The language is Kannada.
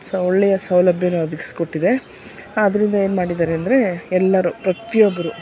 ಸೊ ಒಳ್ಳೆಯ ಸೌಲಭ್ಯನ ಒದಗಿಸಿಕೊಟ್ಟಿದೆ ಆದ್ದರಿಂದ ಏನ್ಮಾಡಿದ್ದಾರೆ ಅಂದರೆ ಎಲ್ಲರೂ ಪ್ರತಿಯೊಬ್ಬರು